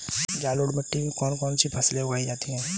जलोढ़ मिट्टी में कौन कौन सी फसलें उगाई जाती हैं?